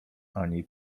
ani